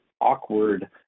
awkward